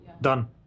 Done